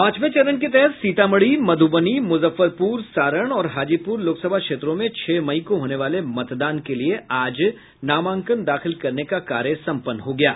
पांचवे चरण के तहत सीतामढ़ी मधुबनी मुजफ्फरपुर सारण और हाजीपुर लोकसभा क्षेत्रों में छह मई को होने वाले मतदान के लिए आज नामांकन दाखिल करने का कार्य सम्पन्न हो गया है